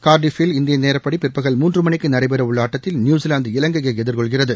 கார்டிஃபில் இந்தியநேரப்படிபிற்பகல் மூன்றுமனிக்குநடைபெறவுள்ளஆட்டத்தில் நியுசிலாந்து இலங்கையைஎதிர்கொள்கிறது